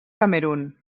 camerun